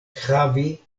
havi